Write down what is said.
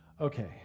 Okay